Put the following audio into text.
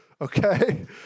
okay